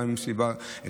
וגם אם היא מסיבה אנושית,